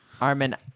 Armin